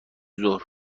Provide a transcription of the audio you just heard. ظهر